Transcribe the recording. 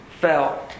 fell